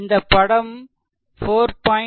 இந்த படம் 4